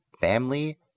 family